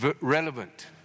relevant